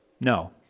No